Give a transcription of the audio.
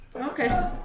Okay